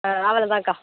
ஆ அவ்வளோ தாங்க்கா